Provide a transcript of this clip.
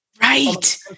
Right